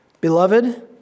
Beloved